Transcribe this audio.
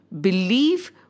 believe